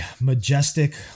majestic